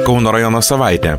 kauno rajono savaitė